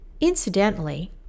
Incidentally